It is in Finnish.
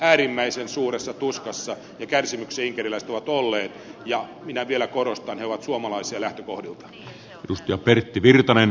äärimmäisen suuressa tuskassa ja kärsimyksessä inkeriläiset ovat olleet ja minä vielä korostan että he ovat suomalaisia lähtökohdiltaan